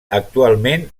actualment